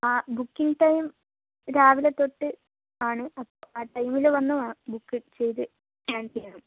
ആ booking time രാവിലെ തൊട്ട് ആണ് അപ്പോൾ ആ ടൈമിൽ വേണം ബുക്ക് ചെയ്ത് സ്കാൻ ചെയ്യണം